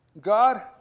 God